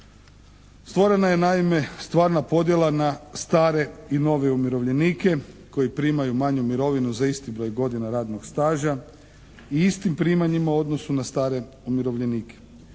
Stvorena je naime stvarna podjela na stare i nove umirovljenike koji primaju manju mirovinu za isti broj godina radnog staža i istim primanjima u odnosu na stare umirovljenike.